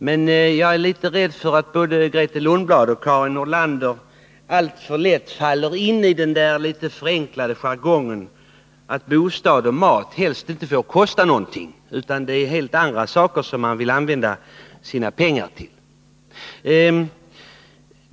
Men jag är rädd att både Grethe Lundblad och Karin Nordlander alltför lätt faller in i den litet förenklade jargongen, att bostad och mat helst inte får kosta någonting, utan man skall få använda sina pengar till helt andra saker.